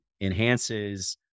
enhances